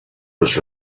was